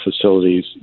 facilities